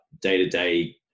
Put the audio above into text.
day-to-day